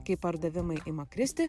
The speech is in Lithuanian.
kai pardavimai ima kristi